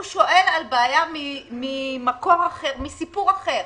הוא שואל על בעיה ממקור אחר, מסיפור אחר.